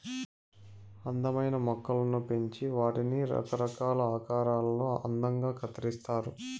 అందమైన మొక్కలను పెంచి వాటిని రకరకాల ఆకారాలలో అందంగా కత్తిరిస్తారు